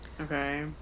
Okay